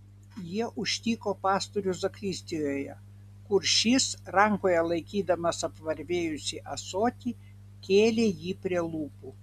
jie užtiko pastorių zakristijoje kur šis rankoje laikydamas apvarvėjusį ąsotį kėlė jį prie lūpų